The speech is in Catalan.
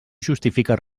justifica